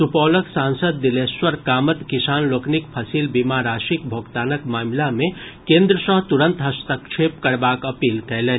सुपौलक सांसद दिलेश्वर कामत किसान लोकनिक फसिल बीमा राशिक भोगतानक मामिला मे केन्द्र सॅ तुंरत हस्तक्षेप करबाक अपील कयलनि